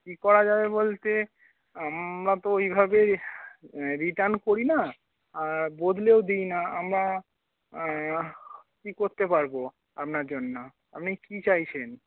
কী করা যাবে বলতে আমরা তো ওইভাবে রিটার্ন করি না আর বদলেও দিই না আমরা কী করতে পারবো আপনার জন্য আপনি কী চাইছেন